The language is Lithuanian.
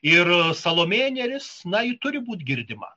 ir salomėja nėrisna ji turi būt girdima